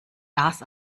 das